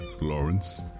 Lawrence